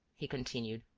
he continued,